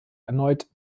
erneut